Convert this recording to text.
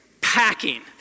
packing